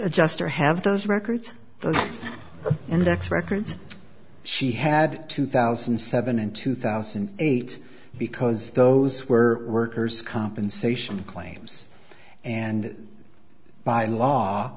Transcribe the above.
adjuster have those records for index records she had two thousand and seven and two thousand and eight because those were workers compensation claims and by law